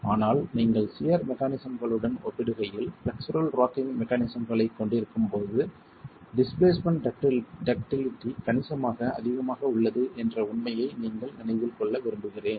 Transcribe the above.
ஆனால் நீங்கள் சியர் மெக்கானிஸம்களுடன் ஒப்பிடுகையில் ஃப்ளெக்சுரல் ராக்கிங் மெக்கானிஸம்களைக் கொண்டிருக்கும் போது டிஸ்பிளேஸ்மென்ட் டக்டிலிட்டி கணிசமாக அதிகமாக உள்ளது என்ற உண்மையை நீங்கள் நினைவில் கொள்ள விரும்புகிறேன்